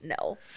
no